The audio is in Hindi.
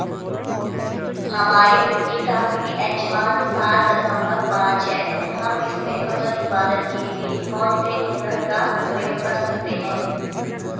हमारी मिट्टी का पी.एच मान सात दशमलव पांच है हम इसमें फसल उत्पादन के लिए कौन से उर्वरक का प्रयोग कर सकते हैं?